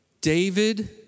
David